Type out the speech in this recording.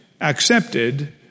accepted